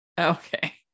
Okay